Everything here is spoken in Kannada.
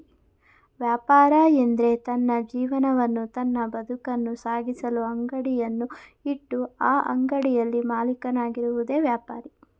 ವ್ಯಾಪಾರ ಎಂದ್ರೆ ತನ್ನ ಜೀವನವನ್ನು ತನ್ನ ಬದುಕನ್ನು ಸಾಗಿಸಲು ಅಂಗಡಿಯನ್ನು ಇಟ್ಟು ಆ ಅಂಗಡಿಯಲ್ಲಿ ಮಾಲೀಕನಾಗಿರುವುದೆ ವ್ಯಾಪಾರಿ